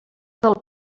del